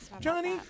Johnny